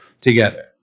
together